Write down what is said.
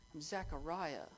Zachariah